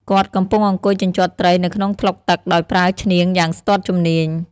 គាត់កំពុងអង្គុយជញ្ជាត់ត្រីនៅក្នុងថ្លុកទឹក ដោយប្រើឈ្នាងយ៉ាងស្ទាត់ជំនាញ។